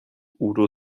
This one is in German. udo